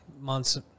months